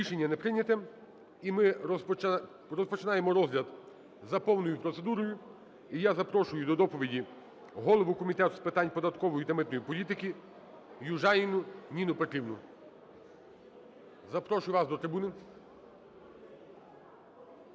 Рішення не прийняте. І ми розпочинаємо розгляд за повною процедурою. І я запрошую до доповіді голову Комітету з питань податкової та митної політики Южаніну Ніну Петрівну. Запрошую вас до трибуни.